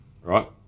right